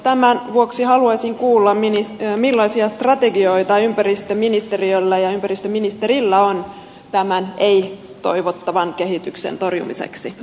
tämän vuoksi haluaisin kuulla millaisia strategioita ympäristöministeriöllä ja ympäristöministerillä on tämän ei toivottavan kehityksen torjumiseksi